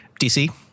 DC